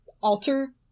alter